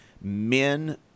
men